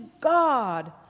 God